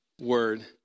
word